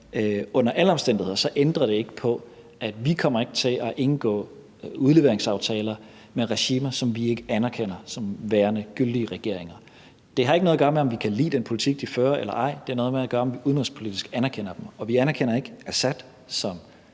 under alle omstændigheder ændrer det ikke på, at vi ikke kommer til at indgå udleveringsaftaler med regimer, som vi ikke anerkender som værende gyldige regeringer. Det har ikke noget at gøre med, om vi kan lide den politik, de fører, eller ej. Det har noget at gøre med, om vi udenrigspolitisk anerkender dem, og vi anerkender ikke Assads